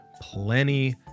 plenty